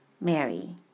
Mary